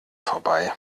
vorbei